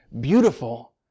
beautiful